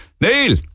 Neil